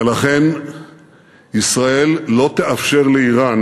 ולכן ישראל לא תאפשר לאיראן